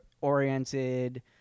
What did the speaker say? oriented